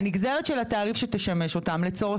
הנגזרת של התעריף שתשמש אותם לצורך